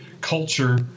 culture